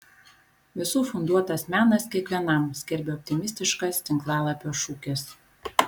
visų funduotas menas kiekvienam skelbia optimistiškas tinklalapio šūkis